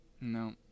No